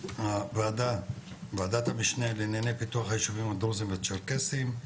ועדת המשנה לענייני פיתוח היישובים הדרוזים והצ'רקסים.